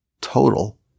Total